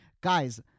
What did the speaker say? guys